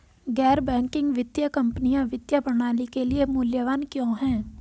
गैर बैंकिंग वित्तीय कंपनियाँ वित्तीय प्रणाली के लिए मूल्यवान क्यों हैं?